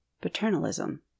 Paternalism